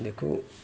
देखू